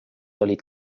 olid